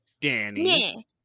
Danny